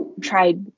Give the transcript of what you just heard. tried